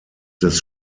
des